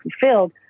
fulfilled